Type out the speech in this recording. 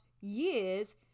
Years